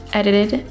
edited